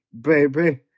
baby